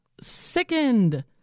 sickened